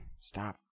Stop